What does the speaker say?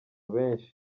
benshi